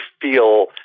feel